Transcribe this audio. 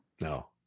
No